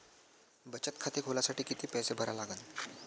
बचत खाते खोलासाठी किती पैसे भरा लागन?